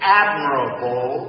admirable